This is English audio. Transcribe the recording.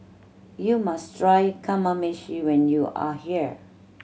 you must try Kamameshi when you are here